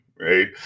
right